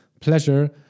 pleasure